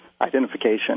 identification